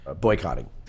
Boycotting